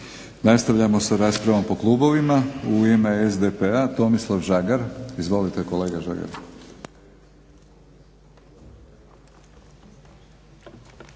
Nastavljamo sa raspravom po klubovima. U ime SDP-a Tomislav Žagar. Izvolite kolega Žagar.